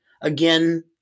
again